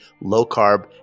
low-carb